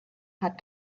had